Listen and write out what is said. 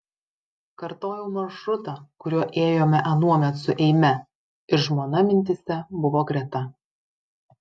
kartojau maršrutą kuriuo ėjome anuomet su eime ir žmona mintyse buvo greta